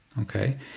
okay